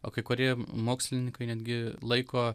o kai kurie mokslininkai netgi laiko